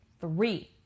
Three